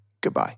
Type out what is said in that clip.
Goodbye